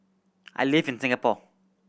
I live in Singapore